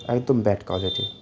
একদম bad quality